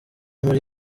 muri